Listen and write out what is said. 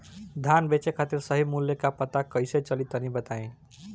धान बेचे खातिर सही मूल्य का पता कैसे चली तनी बताई?